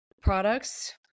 products